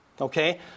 Okay